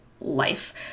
life